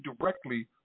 directly